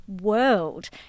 world